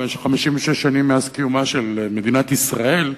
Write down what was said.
במשך 56 שנים מאז קיומה של מדינת ישראל,